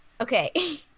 Okay